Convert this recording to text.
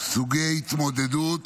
סוגי התמודדות